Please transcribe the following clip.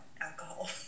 alcohol